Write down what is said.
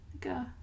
Go